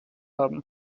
haben